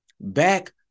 back